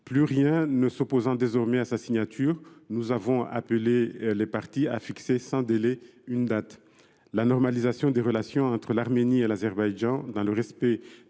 Plus rien ne s’opposant désormais à sa signature, nous avons appelé les parties à fixer une date sans délai. La normalisation des relations entre l’Arménie et l’Azerbaïdjan, dans le respect